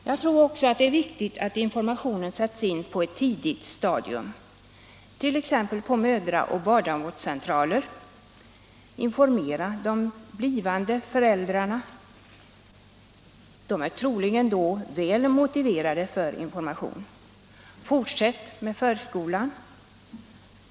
Jag tror också att det är viktigt att informationen sätts in på ett tidigt stadium, t.ex. vid mödra och barnavårdscentraler. Informera de blivande föräldrarna — de är troligen då väl motiverade för information. Fortsätt med förskolan.